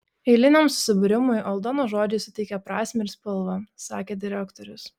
eiliniam susibūrimui aldonos žodžiai suteikia prasmę ir spalvą sakė direktorius